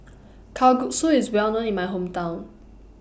Kalguksu IS Well known in My Hometown